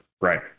Right